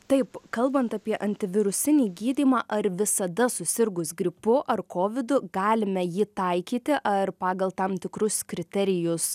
taip kalbant apie antivirusinį gydymą ar visada susirgus gripu ar kovidu galime jį taikyti ar pagal tam tikrus kriterijus